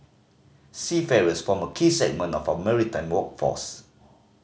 seafarers form a key segment of our maritime workforce